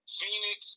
Phoenix